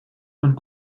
und